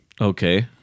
Okay